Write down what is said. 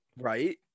Right